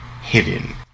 hidden